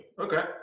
Okay